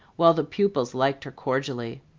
while the pupils liked her cordially.